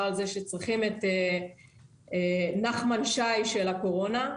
על זה שצריכים את "נחמן שי של הקורונה".